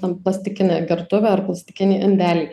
ten plastikinę gertuvę ar plastikinį indelį